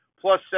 plus